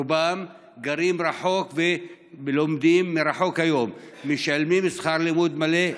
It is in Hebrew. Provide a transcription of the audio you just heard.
רובם גרים רחוק ולומדים מרחוק היום ומשלמים שכר לימוד מלא,